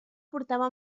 portava